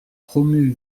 promu